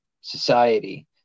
society